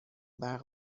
برق